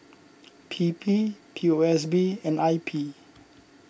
P P P O S B and I P